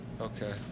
okay